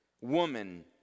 woman